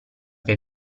che